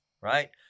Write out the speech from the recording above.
right